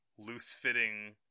loose-fitting